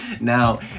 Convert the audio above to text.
Now